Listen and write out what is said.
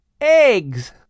Eggs